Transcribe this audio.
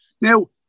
Now